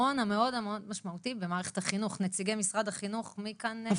בתוכנית הזאת שהיא באמת תוכנית גדולה ומקיפה --- כן,